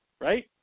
right